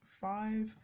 five